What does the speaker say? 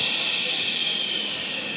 ששש.